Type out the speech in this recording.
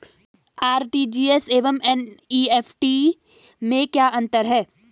RTGS एवं NEFT में क्या अंतर है?